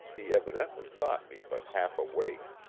he evidently thought me but half awake.